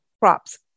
crops